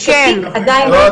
כשתיק עדיין לא התקבלה בו --- לא,